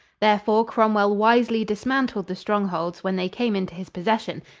therefore cromwell wisely dismantled the strongholds when they came into his possession,